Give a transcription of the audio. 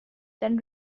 than